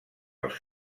els